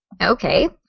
Okay